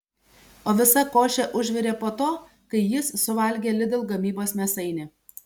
o visa košė užvirė po to kai jis suvalgė lidl gamybos mėsainį